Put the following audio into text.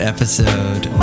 Episode